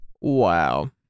Wow